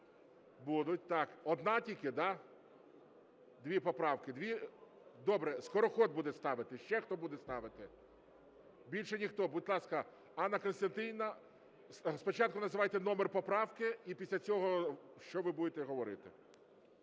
Будуть. Так, одна тільки, да? Дві поправки. Добре, Скороход буде ставити. Ще хто буде ставити? Більше ніхто. Будь ласка, Анна Костянтинівна. Спочатку називайте номер поправки і після цього що ви будете говорити.